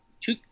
Two